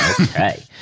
Okay